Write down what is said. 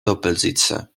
doppelsitzer